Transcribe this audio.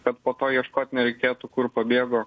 kad po to ieškot nereikėtų kur pabėgo